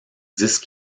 dix